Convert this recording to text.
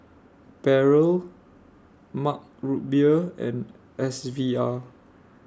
Barrel Mug Root Beer and S V R